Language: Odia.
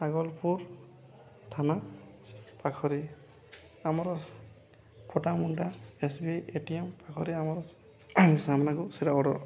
ଆଗଲପୁର ଥାନା ପାଖରେ ଆମର Patamundai S B I A T M ପାଖରେ ଆମର ସାମ୍ନାକୁ ସେଇଟା ଅର୍ଡ଼ର